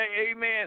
Amen